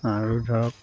আৰু ধৰক